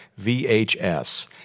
VHS